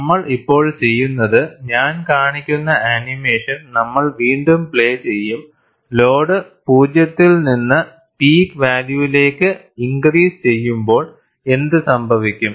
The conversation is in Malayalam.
നമ്മൾ ഇപ്പോൾ ചെയ്യുന്നത് ഞാൻ കാണിക്കുന്ന ആനിമേഷൻ നമ്മൾ വീണ്ടും പ്ലേ ചെയ്യും ലോഡ് 0 ൽ നിന്ന് പീക്ക് വാല്യൂവിലേക്ക് ഇൻക്രീസ് ചെയ്യുമ്പോൾ എന്തുസംഭവിക്കും